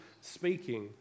speaking